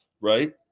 right